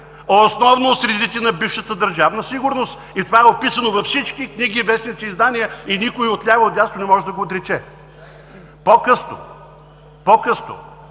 основно от средите на бившата Държавна сигурност и това е описано във всички книги, вестници, издания и никой – от ляво и от дясно, не може да го отрече. По-късно Вие